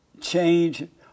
change